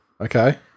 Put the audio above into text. Okay